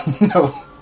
No